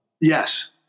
Yes